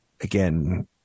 Again